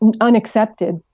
unaccepted